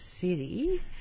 city